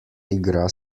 igra